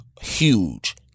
huge